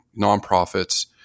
nonprofits